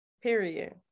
period